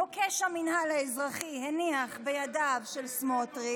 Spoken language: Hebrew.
את מוקש המינהל האזרחי הניח בידיו של סמוטריץ'